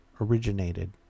originated